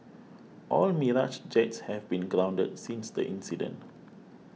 all Mirage jets have been grounded since the incident